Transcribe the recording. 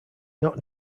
not